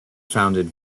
founded